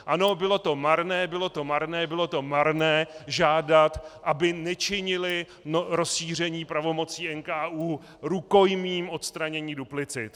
Ano, bylo to marné, bylo to marné, bylo to marné žádat, aby nečinili rozšíření pravomocí NKÚ rukojmím odstranění duplicit.